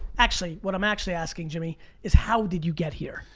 actually, what i'm actually asking, jimmy is how did you get here?